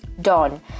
Dawn